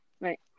right